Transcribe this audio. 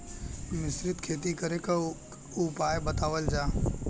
मिश्रित खेती करे क उपाय बतावल जा?